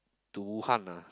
to Wuhan ah